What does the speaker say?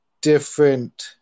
different